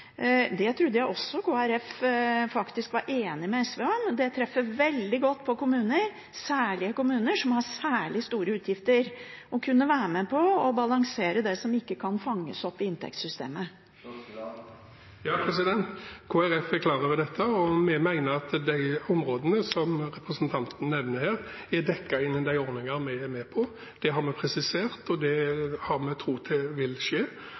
Det trodde jeg Kristelig Folkeparti faktisk var enig med SV om, at det treffer veldig godt på kommuner, særlig kommuner som har ekstra store utgifter, og det kunne være med på å balansere det som ikke kan fanges opp i inntektssystemet. Kristelig Folkeparti er klar over dette, og vi mener at de områdene som representanten her nevner, er dekket inn under de ordningene vi er med på. Det har vi presisert, og det har vi tro på vil skje.